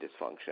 dysfunction